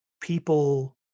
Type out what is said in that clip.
people